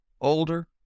older